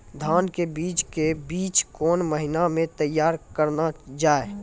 धान के बीज के बीच कौन महीना मैं तैयार करना जाए?